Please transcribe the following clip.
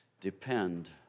depend